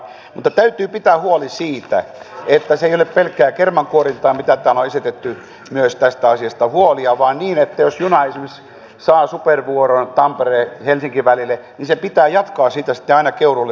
mutta täytyy pitää huoli siitä että se ei ole pelkkää kermankuorintaa mitä täällä on esitetty tästä asiasta myös huolia vaan niin että jos juna esimerkiksi saa supervuoron tamperehelsinki välille niin sen pitää jatkaa siitä sitten aina keuruulle saakka